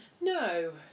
no